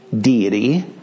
deity